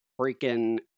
freaking